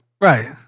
Right